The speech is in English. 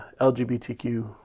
LGBTQ